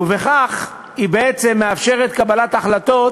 ובכך היא בעצם מאפשרת קבלת החלטות